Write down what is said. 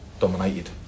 dominated